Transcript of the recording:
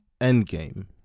Endgame